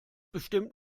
bestimmt